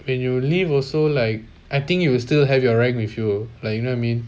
when you leave also like I think you will still have your rank with you like you know I mean